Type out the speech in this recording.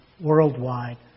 worldwide